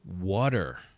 water